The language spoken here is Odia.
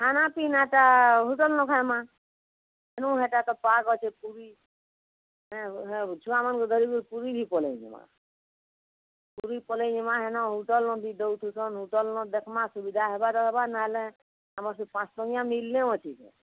ଖାନାପିନାଟା ହୋଟେଲ୍ନୁ ଖାଇମା ହେନୁ ହେଟା ତ ପୁରୀ ହେ ହେ ଛୁଆମାନଙ୍କୁ ଧରି କରି ପୁରୀ ବି ପଲେଇ ଜିମା ପୁରୀ ପଲେଇ ଜିମା ହେନ ହୋଟେଲ୍ ନ ବି ଦଉଥିସନ ହୋଟେଲ୍ ନ ଦେଖବା ସୁବିଧା ହେବାର ହେବା ନାଇଁଲେ ଆମର ସେ ପାଞ୍ଚ ଟଙ୍କିଆ ମିଲ୍ନେ ଅଛି ଯେ